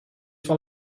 van